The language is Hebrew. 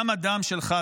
גם הדם שלך,